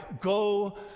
go